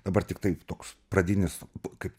dabar tiktai toks pradinis kaip